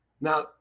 Now